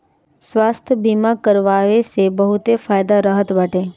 स्वास्थ्य बीमा करवाए से बहुते फायदा रहत बाटे